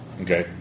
Okay